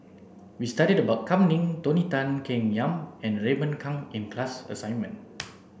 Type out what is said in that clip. we studied about Kam Ning Tony Tan Keng Yam and Raymond Kang in the class assignment